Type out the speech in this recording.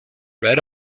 read